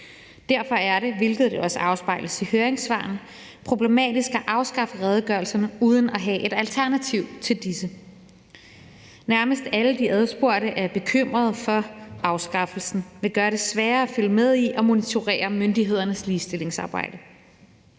Derfor er det, hvilket også afspejles i høringssvarene, problematisk at afskaffe redegørelserne uden at have et alternativ til dem. Nærmest alle de adspurgte er bekymrede for, at afskaffelsen vil gøre det sværere at følge med i og monitorere myndighedernes ligestillingsarbejde.